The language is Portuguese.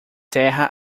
terra